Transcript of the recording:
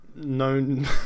Known